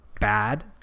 bad